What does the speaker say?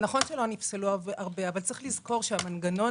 נכון שלא נפסלו הרבה אבל צריך לזכור שהמנגנון